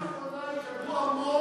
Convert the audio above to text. בשנה האחרונה התקדמו המון,